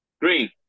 Green